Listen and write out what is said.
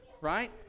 right